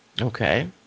Okay